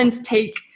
take